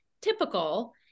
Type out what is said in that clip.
typical